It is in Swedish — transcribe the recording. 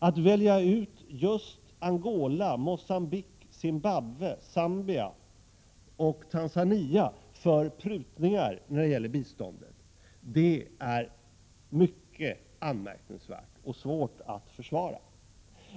Att välja ut just Angola, Mogambique, Zimbabwe, Zambia och Tanzania för prutningar i fråga om biståndet är mycket anmärkningsvärt och svårt att försvara.